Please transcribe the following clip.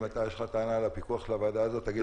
אם יש לך טענה על הפיקוח של הוועדה הזאת, תגיד לי.